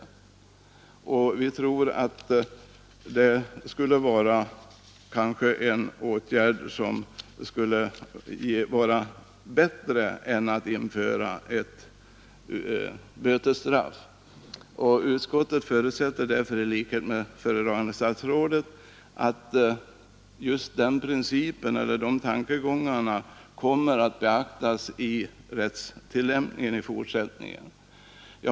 Vi tror att det skulle vara en åtgärd som skulle vara bättre än att införa ett bötesstraff. Utskottet förutsätter därför i likhet med föredragande statsrådet att just den principen eller de tankegångarna kommer att beaktas i rättstillämpningen i fortsättningen.